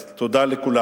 אז תודה לכולם.